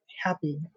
happy